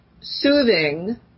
soothing